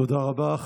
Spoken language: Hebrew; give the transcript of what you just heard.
תודה רבה.